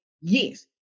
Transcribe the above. Yes